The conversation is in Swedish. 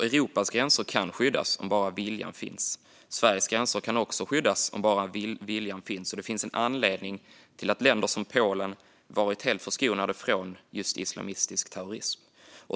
Europas gränser kan skyddas om bara viljan finns. Sveriges gränser kan också skyddas om bara viljan finns. Det finns en anledning till att länder som Polen varit helt förskonade från islamistisk terrorism.